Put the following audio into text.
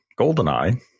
GoldenEye